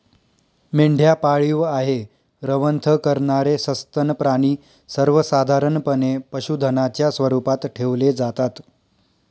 मेंढ्या पाळीव आहे, रवंथ करणारे सस्तन प्राणी सर्वसाधारणपणे पशुधनाच्या स्वरूपात ठेवले जातात